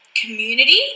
community